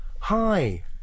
Hi